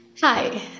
Hi